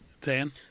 Dan